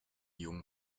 jung